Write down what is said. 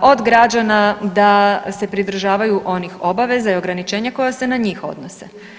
od građana da se pridržavaju onih obaveza i ograničenja koja se na njih odnose.